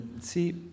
see